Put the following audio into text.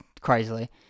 crazily